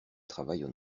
travaillent